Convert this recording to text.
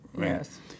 Yes